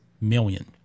million